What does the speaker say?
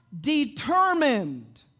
determined